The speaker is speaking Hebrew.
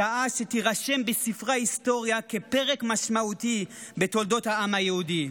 שעה שתירשם בספרי ההיסטוריה כפרק משמעותי בתולדות העם היהודי.